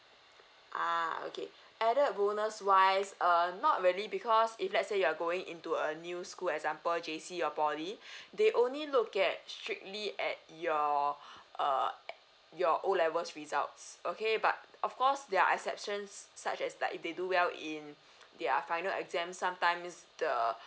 ah okay added bonus wise err not really because if let's say you're going into a new school example J_C or poly they only look at strictly at your err your O level results okay but of course there are exceptions such as like if they do well in their final exam sometimes the